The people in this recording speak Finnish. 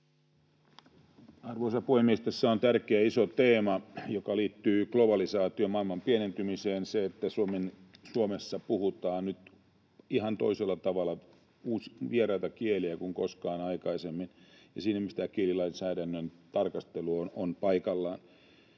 Arvoisa puhemies! Tässä on tärkeä ja iso teema, joka liittyy globalisaatioon, maailman pienentymiseen, se, että Suomessa puhutaan nyt vieraita kieliä ihan toisella tavalla kuin koskaan aikaisemmin, ja siinä mielessä tämä kielilainsäädännön tarkastelu on paikallaan.